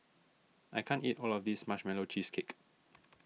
I can't eat all of this Marshmallow Cheesecake